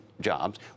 jobs